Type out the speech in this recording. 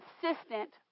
consistent